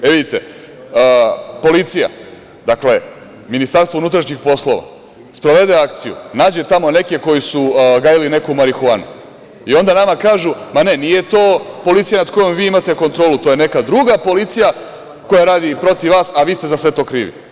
Vidite, policija, dakle MUP sprovede akciju, nađe tamo neke koji su gajili neku marihuanu i onda nama kažu – nije to policija nad kojom vi imate kontrolu, to je neka druga policija koja radi protiv vas a vi ste za sve to krivi.